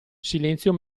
silenzio